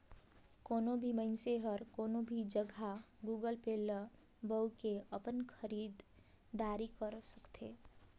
कोनो भी मइनसे हर कोनो भी जघा गुगल पे ल बउ के अपन खरीद दारी कर सकथे